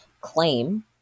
claim